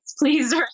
please